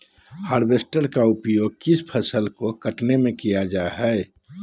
Harvester का उपयोग किस फसल को कटने में किया जाता है?